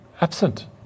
absent